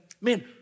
Man